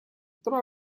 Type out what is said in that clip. trova